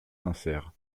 sincères